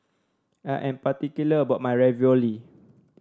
I am particular about my Ravioli